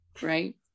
right